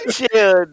Chill